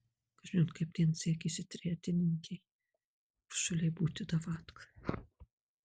kažin kaip ten sekėsi tretininkei uršulei būti davatka